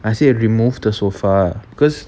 I said remove the sofa cause